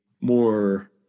more